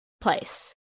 place